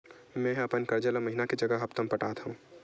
मेंहा अपन कर्जा ला महीना के जगह हप्ता मा पटात हव